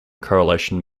correlation